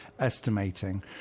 Estimating